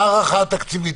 מה ההערכה התקציבית?